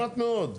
מעט מאוד.